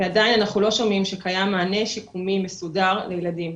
ועדיין אנחנו לא שומעים שקיים מענה שיקומי מסודר לילדים.